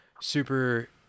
super